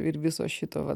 ir viso šito va